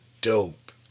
dope